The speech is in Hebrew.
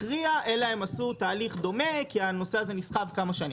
RIA אלא הם עשו תהליך דומה כי הנושא הזה נסחב כמה שנים.